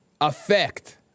effect